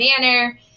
manner